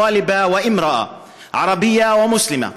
סטודנטית ואישה ערבייה ומוסלמית